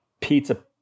pizza